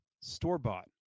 Store-bought